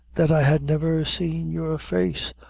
that i had never seen your face,